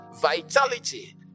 vitality